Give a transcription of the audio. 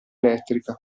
elettrica